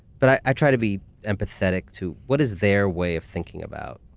but i i try to be empathetic to what is they're way of thinking about.